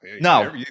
No